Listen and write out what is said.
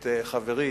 את חברי